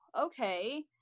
okay